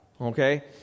Okay